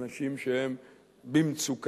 ואנשים שהם במצוקה,